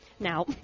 now